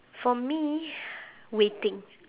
for me waiting